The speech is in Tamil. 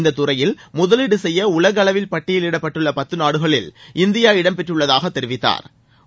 இந்தத் துறையில் முதலீடு செய்ய உலக அளவில் பட்டியலிடப்பட்டுள்ள பத்து நாடுகளில் இந்தியா இடம் பெற்றுள்ளதாக தெரிவித்தாா்